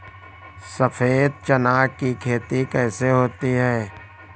सफेद चना की खेती कैसे होती है?